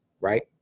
right